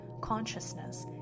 consciousness